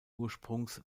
ursprungs